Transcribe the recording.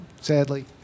sadly